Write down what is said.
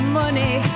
money